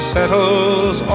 Settles